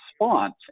response